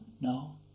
No